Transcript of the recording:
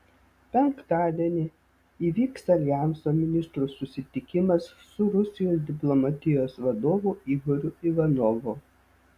penktadienį įvyks aljanso ministrų susitikimas su rusijos diplomatijos vadovu igoriu ivanovu